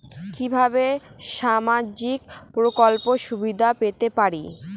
কিভাবে সামাজিক প্রকল্পের সুবিধা পেতে পারি?